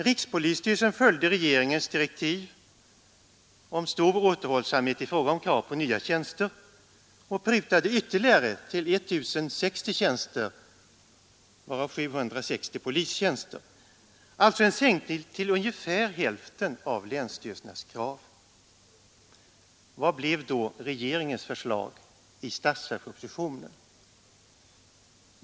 Rikspolisstyrelsen följde regeringens direktiv om stor återhållsamhet i fråga om krav på nya tjänster och prutade ytterligare till 1 060 tjänster, varav 760 polistjänster — alltså en sänkning med ungefär hälften av länsstyrelsernas krav. Vad blev då regeringens förslag i statsverkspropositionen?